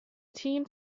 tea